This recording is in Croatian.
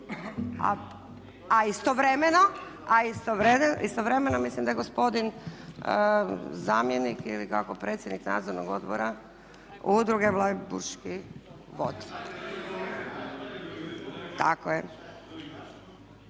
istovremeno mislim da je gospodin zamjenik ili kako predsjednik Nadzornog odbora udruge Bleiburških ...